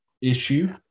issue